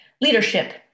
Leadership